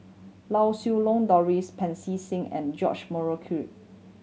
Lau Siew Long Doris Pancy Seng and George Murray